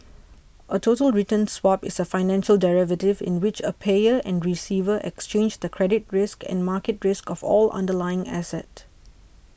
a total return swap is a financial derivative in which a payer and receiver exchange the credit risk and market risk of an underlying asset